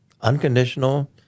unconditional